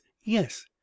yes